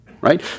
right